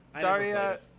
Daria